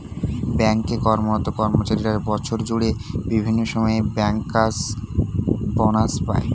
bank এ কর্মরত কর্মচারীরা বছর জুড়ে বিভিন্ন সময়ে ব্যাংকার্স বনাস পায়